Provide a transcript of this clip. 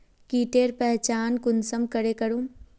कीटेर पहचान कुंसम करे करूम?